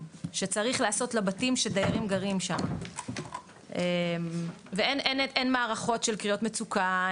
שצריך לעשות לבתים שדיירים גרים שם ואין מערכות של קריאות מצוקה,